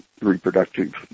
reproductive